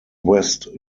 west